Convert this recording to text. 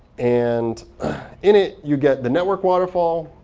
and in it, you get the network waterfall.